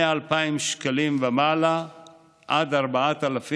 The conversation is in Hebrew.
מ-2,000 שקלים ועד 4,000,